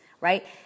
right